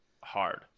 hard